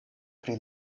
pri